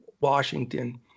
Washington